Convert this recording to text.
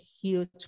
huge